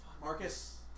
Marcus